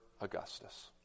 Augustus